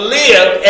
live